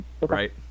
Right